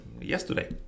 yesterday